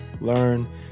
learn